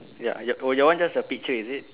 ya ah yup oh your one just a picture is it